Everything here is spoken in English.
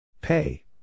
Pay